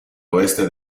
oeste